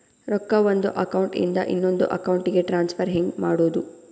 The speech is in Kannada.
ರೊಕ್ಕ ಒಂದು ಅಕೌಂಟ್ ಇಂದ ಇನ್ನೊಂದು ಅಕೌಂಟಿಗೆ ಟ್ರಾನ್ಸ್ಫರ್ ಹೆಂಗ್ ಮಾಡೋದು?